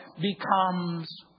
becomes